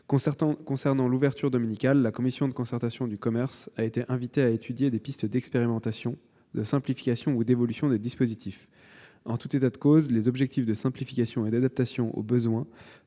Concernant l'ouverture dominicale, la Commission de concertation du commerce a été invitée à étudier des pistes d'expérimentation, de simplification ou d'évolution des dispositifs. En tout état de cause, les objectifs de simplification et d'adaptation aux besoins